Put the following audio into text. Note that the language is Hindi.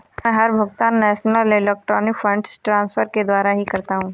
मै हर भुगतान नेशनल इलेक्ट्रॉनिक फंड्स ट्रान्सफर के द्वारा ही करता हूँ